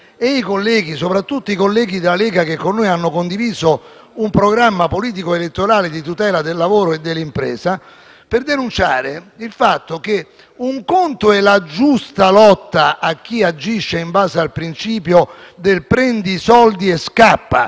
e dei colleghi, soprattutto dei colleghi della Lega che con noi hanno condiviso un programma politico-elettorale di tutela del lavoro e dell'impresa, e per osservare che è certamente giusta la giusta lotta a chi agisce in base al principio del "prendi i soldi e scappa"